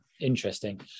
interesting